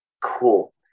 cool